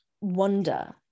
wonder